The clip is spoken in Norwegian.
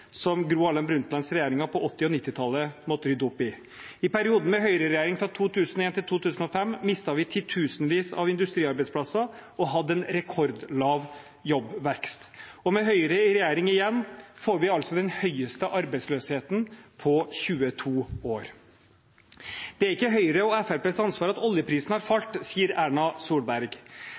som Gro Harlem Brundtlands regjeringer på 1980- og 90-tallet måtte rydde opp i. I perioden med høyreregjering fra 2001 til 2005 mistet vi titusenvis av industriarbeidsplasser og hadde en rekordlav jobbvekst. Med Høyre i regjering igjen får vi altså den høyeste arbeidsløsheten på 22 år. Det er ikke Høyre og Fremskrittspartiets ansvar at oljeprisen har falt, sier Erna Solberg.